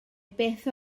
beth